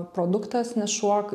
produktas nes šuo